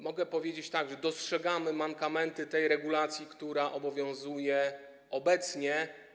Mogę powiedzieć tak: dostrzegamy mankamenty tej regulacji, która obowiązuje obecnie.